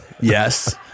yes